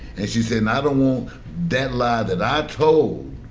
and she said, i don't want that lie that i told